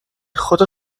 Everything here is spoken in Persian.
خدا